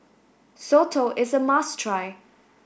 Soto is a must try